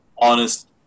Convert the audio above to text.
honest